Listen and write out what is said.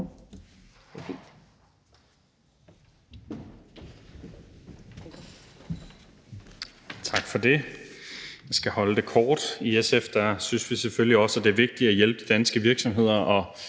Tak for det. Jeg skal holde det kort. I SF synes vi selvfølgelig også, at det er vigtigt at hjælpe de danske virksomheder